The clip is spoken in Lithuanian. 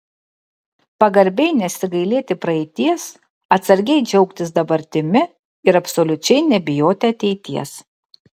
pagarbiai nesigailėti praeities atsargiai džiaugtis dabartimi ir absoliučiai nebijoti ateities